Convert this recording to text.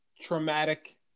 traumatic